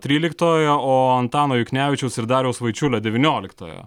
tryliktoje o antano juknevičiaus ir dariaus vaičiulio devynioliktoje